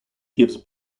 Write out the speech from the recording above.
gives